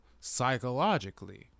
psychologically